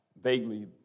vaguely